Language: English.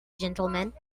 gentlemen